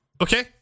okay